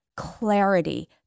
clarity